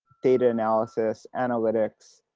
data analysis, analytics,